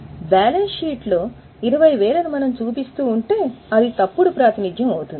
balance షీట్లో 20000 ని మనం చూపిస్తూ ఉంటే అది తప్పుడు ప్రాతినిధ్యం అవుతుంది